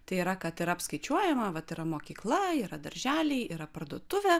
tai yra kad yra apskaičiuojama vat yra mokykla yra darželiai yra parduotuvė